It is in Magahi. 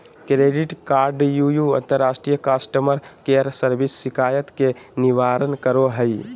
क्रेडिट कार्डव्यू अंतर्राष्ट्रीय कस्टमर केयर सर्विस शिकायत के निवारण करो हइ